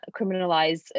criminalize